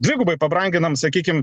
dvigubai pabranginam sakykime